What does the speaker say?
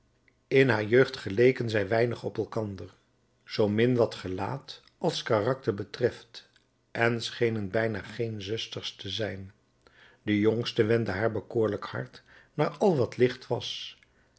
in haar jeugd geleken zij weinig op elkander zoomin wat gelaat als karakter betreft en schenen bijna geen zusters te zijn de jongste wendde haar bekoorlijk hart naar al wat licht was